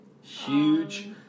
Huge